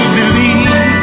believe